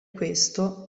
questo